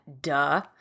duh